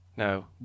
No